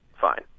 fine